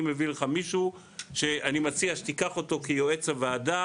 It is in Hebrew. מביא לך מישהו שאני מציע שתיקח אותו כיועץ הוועדה,